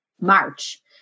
March